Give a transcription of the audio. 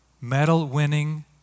medal-winning